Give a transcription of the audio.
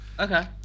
Okay